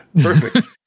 perfect